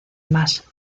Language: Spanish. más